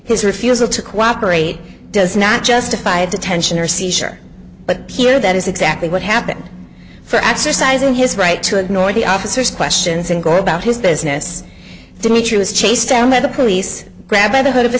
his refusal to cooperate does not justify detention or seizure but here that is exactly what happened for exercising his right to ignore the officers questions and go about his business dimitri was chased down by the police grab